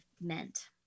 meant